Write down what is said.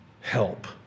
help